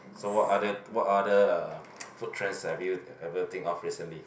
so what other what other uh food trends have you ever think of recently